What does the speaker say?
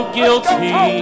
guilty